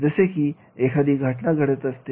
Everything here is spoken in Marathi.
जसे की एखादी घटना घडत असते